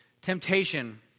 temptation